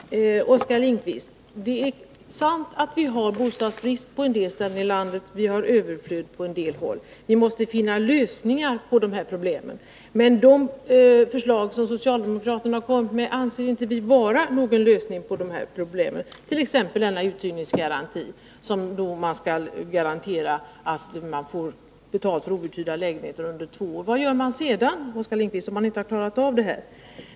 Herr talman! Till Oskar Lindkvist vill jag säga att det är sant att vi har bostadsbrist på en del ställen i landet, men vi har överflöd på andra ställen. Vi måste finna lösningar på de här problemen. Men de förslag som socialdemokraterna har kommit med anser inte vi medföra någon lösning på problemen. Det gäller t.ex. uthyrningsgarantin, som skulle garantera att man får betalt för outhyrda lägenheter under två år. Vad gör man sedan, Oskar Lindkvist, om man ändå inte har klarat problemet?